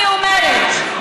אני אומרת,